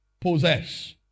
possess